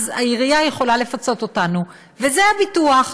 אז העירייה יכולה לפצות אותנו, וזה הביטוח.